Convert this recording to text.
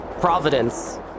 Providence